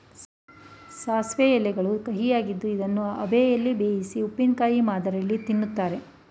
ಸಾಸಿವೆ ಎಲೆಗಳು ಕಹಿಯಾಗಿದ್ದು ಇದನ್ನು ಅಬೆಯಲ್ಲಿ ಬೇಯಿಸಿ ಉಪ್ಪಿನಕಾಯಿ ಮಾದರಿಯಲ್ಲಿ ತಿನ್ನುತ್ತಾರೆ